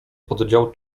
oddział